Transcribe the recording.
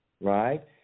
right